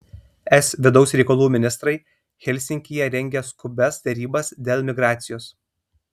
es vidaus reikalų ministrai helsinkyje rengia skubias derybas dėl migracijos